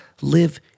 Live